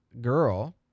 girl